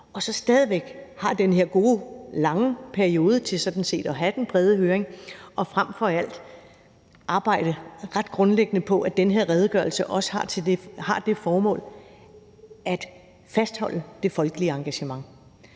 har vi stadigvæk den her gode, lange periode til sådan set at have den brede høring og frem for alt til at arbejde ret grundlæggende på, at redegørelsen også har som formål at fastholde det folkelige engagement,